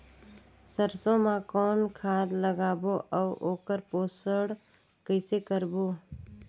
सरसो मा कौन खाद लगाबो अउ ओकर पोषण कइसे करबो?